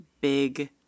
big